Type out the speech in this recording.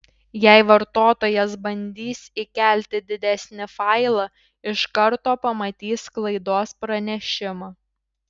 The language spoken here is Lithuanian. jei vartotojas bandys įkelti didesnį failą iš karto pamatys klaidos pranešimą